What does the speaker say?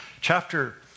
Chapter